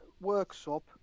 workshop